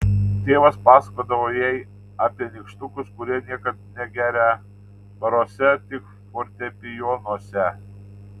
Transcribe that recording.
tėvas pasakodavo jai apie nykštukus kurie niekad negerią baruose tik fortepijonuose